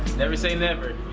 never say never.